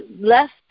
left